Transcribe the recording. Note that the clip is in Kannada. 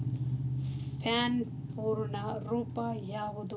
ಪ್ಯಾನ್ ಪೂರ್ಣ ರೂಪ ಯಾವುದು?